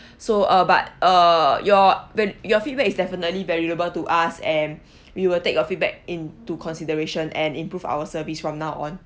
so uh but uh your va~ your feedback is definitely valuable to us and we will take your feedback into consideration and improve our service from now on